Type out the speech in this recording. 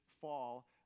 fall